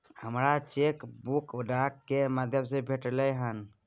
हमरा हमर cheque book डाक के माध्यम से भेटलय हन